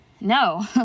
no